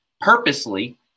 purposely